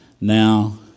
now